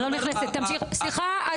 סליחה.